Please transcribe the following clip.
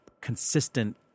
consistent